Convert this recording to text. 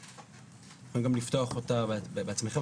אפשר גם לפתוח אותה בעצמכם,